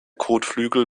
kotflügel